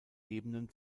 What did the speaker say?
ebenen